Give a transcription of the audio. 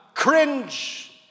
cringe